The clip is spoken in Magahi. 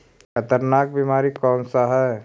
खतरनाक बीमारी कौन सा है?